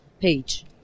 page